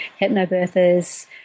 hypnobirthers